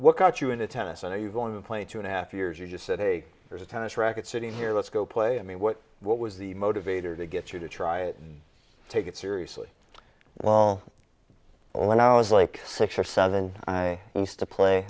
what got you into tennis and are you going to play two and a half years you just said hey there's a tennis racket sitting here let's go play i mean what what was the motivator to get you to try it take it seriously well when i was like six or seven i used to play